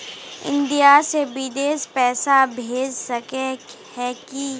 India से बिदेश पैसा भेज सके है की?